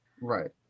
Right